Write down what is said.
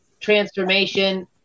transformation